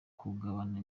kugabana